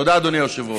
תודה, אדוני היושב-ראש.